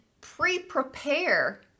pre-prepare